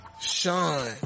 Sean